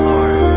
Lord